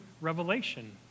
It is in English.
revelation